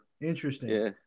interesting